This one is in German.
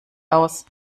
aus